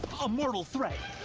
a mortal threat.